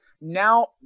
now